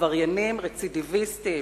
עבריינים רצידיביסטים,